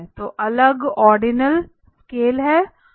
तो अगला ordinal scale है